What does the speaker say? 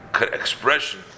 expression